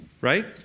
Right